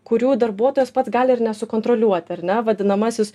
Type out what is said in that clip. kurių darbuotojas pats gali ir nesukontroliuoti ar ne vadinamasis